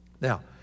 now